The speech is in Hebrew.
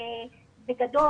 בגדול,